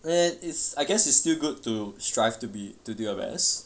where is I guess is still good to strive to be to do your best